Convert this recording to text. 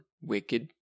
wicked